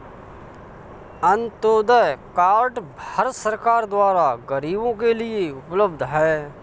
Antyodaya card Bharat सरकार द्वारा गरीबो के लिए उपलब्ध है